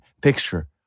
picture